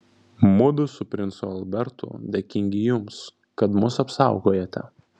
mudu su princu albertu dėkingi jums kad mus apsaugojote